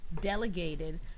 delegated